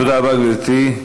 תודה רבה, גברתי.